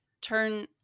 turn